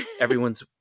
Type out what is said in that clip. everyone's